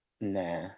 Nah